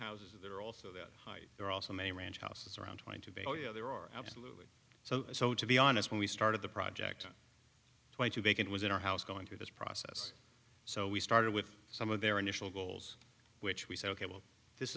houses that are also that height there also may ranch houses around trying to bail you know there are absolutely so so to be honest when we started the project twenty to make it was in our house going through this process so we started with some of their initial goals which we said ok well this